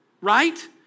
right